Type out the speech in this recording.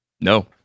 No